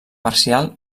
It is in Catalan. parcial